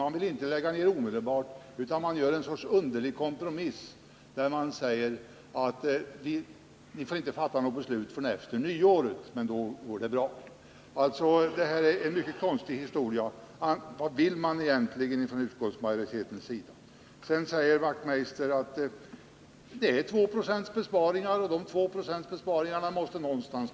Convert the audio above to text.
Man vill inte lägga ner de här kustposteringarna omedelbart, utan man vill göra något slags underlig kompromiss och säger att vi inte skall fatta något beslut förrän efter nyåret, men då går det bra. Det här är en mycket konstig historia. Vad vill man egentligen från utskottsmajoritetens sida? Knut Wachtmeister säger att man begär besparingar med 2 70, och de besparingarna måste göras någonstans.